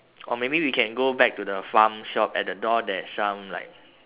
oh maybe we can go back to the farm shop at the door there's some like